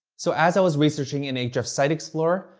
so as i was researching in ahrefs' site explorer,